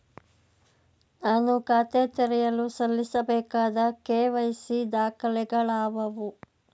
ನಾನು ಖಾತೆ ತೆರೆಯಲು ಸಲ್ಲಿಸಬೇಕಾದ ಕೆ.ವೈ.ಸಿ ದಾಖಲೆಗಳಾವವು?